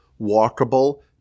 walkable